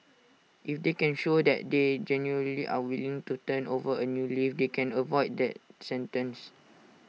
if they can show that they genuinely are willing to turn over A new leaf they can avoid that sentence